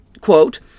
quote